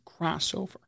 crossover